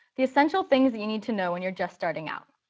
the essential things that you need to know when you're just starting out.